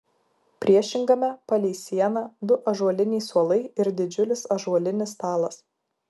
priešingame palei sieną du ąžuoliniai suolai ir didžiulis ąžuolinis stalas